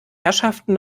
herrschaften